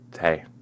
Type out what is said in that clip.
Hey